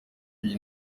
iyi